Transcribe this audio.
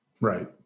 Right